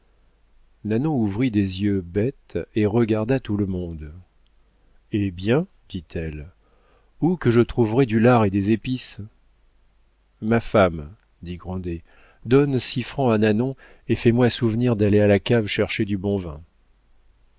nanon ouvrit des yeux bêtes et regarda tout le monde eh bien dit-elle où que je trouverai du lard et des épices ma femme dit grandet donne six francs à nanon et fais-moi souvenir d'aller à la cave chercher du bon vin